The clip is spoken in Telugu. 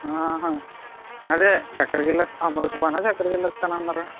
అదే చక్రకేళి ఇస్తా అమృతపాణా చక్రకేళి ఇస్తానన్నారా